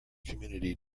community